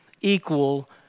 equal